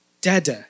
Dada